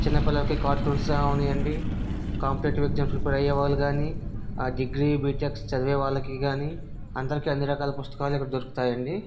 చిన్నపిల్లలకి కార్టూన్స్ అవ్వనియండి కాంపిటీటివ్ ఎగ్జామ్స్కి ప్రిపేర్ అయ్యే వాళ్ళు కానీ డిగ్రీ బీటెక్ చదివే వాళ్ళకి కానీ అందరికి అన్నీ రకాల పుస్తకాలు ఇక్కడ దొరుకుతాయి అండి